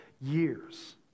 years